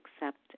accept